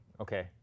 Okay